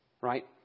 Right